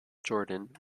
jordan